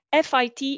FIT